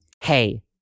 Hey